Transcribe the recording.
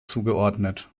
zugeordnet